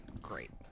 great